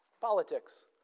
Politics